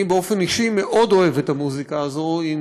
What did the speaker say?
אני באופן אישי מאוד אוהב את המוזיקה הזאת.